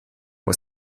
aus